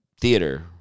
theater